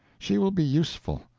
she will be useful.